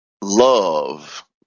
love